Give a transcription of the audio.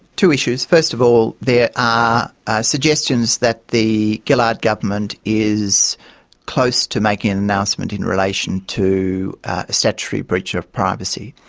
two issues first of all, there are suggestions that the gillard government is close to making an announcement in relation to a statutory breach of privacy.